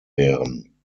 wären